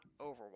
Overwatch